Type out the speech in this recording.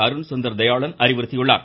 அருண் சுந்தர் தயாளன் அறிவுறுத்தியுள்ளார்